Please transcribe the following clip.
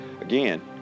again